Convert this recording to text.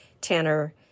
Tanner